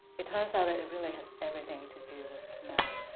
it turns out it it really has everything to do with smell.